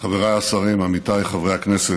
חבריי השרים, עמיתיי חברי הכנסת,